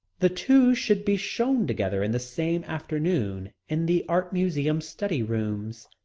the two should be shown together in the same afternoon, in the art museum study rooms.